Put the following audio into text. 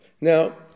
Now